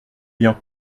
bien